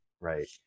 right